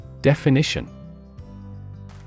Definition